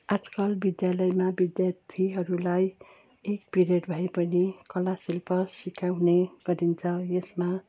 आजकल विद्यालयमा विद्यार्थीहरूलाई एक पिरियड भए पनि कला शिल्प सिकाउने गरिन्छ यसमा